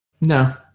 No